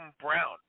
brown